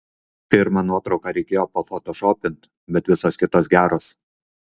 pirmą nuotrauką reikėjo pafotošopint bet visos kitos geros